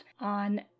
on